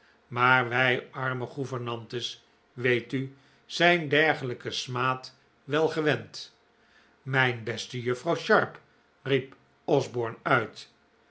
maar wij arme gouvernantes weet u zijn dergelijken smaad wel gewend mijn beste juffrouw sharp riep osborne uit